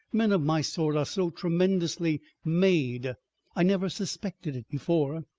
men of my sort are so tremendously made i never suspected it before.